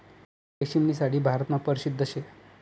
रेशीमनी साडी भारतमा परशिद्ध शे